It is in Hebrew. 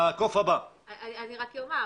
בהיבט